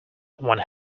one